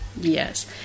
Yes